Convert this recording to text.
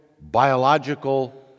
biological